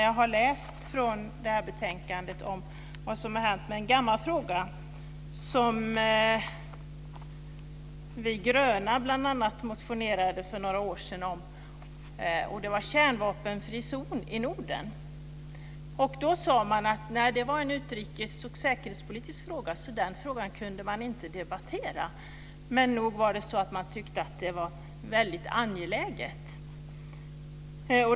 Jag har läst i betänkandet vad som har hänt med en gammal fråga som bl.a. vi gröna motionerade om för några år sedan. Det gällde en kärnvapenfri zon i Norden. Då sade man att det var en utrikes och säkerhetspolitisk fråga. Därför kunde man inte debattera den frågan, men nog tyckte man att det var väldigt angeläget.